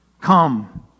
Come